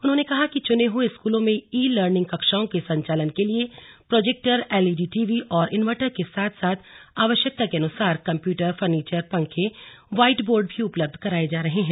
उन्होंने कहा कि चुने हए स्कूलों में ई लर्निंग कक्षाओं के संचालन के लिए प्रोजेक्टर एलईडी टीवी और इनवर्टर के साथ साथ आवश्यकता के अनुसार कम्प्यूटर फर्नीचर पंखे वाईट बोर्ड भी उपलब्ध कराये जा रहे हैं